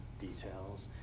details